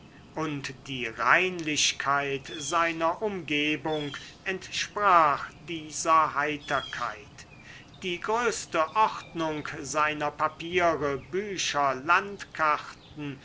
und die reinlichkeit seiner umgebung entsprach dieser heiterkeit die größte ordnung seiner papiere bücher landkarten